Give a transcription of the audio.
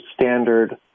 standard